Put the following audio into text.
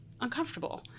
uncomfortable